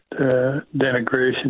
denigration